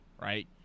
Right